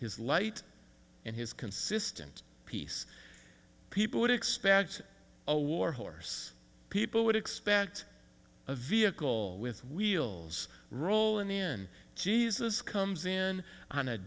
his light and his consistent peace people would expect a war horse people would expect a vehicle with wheels rolling in jesus comes in on a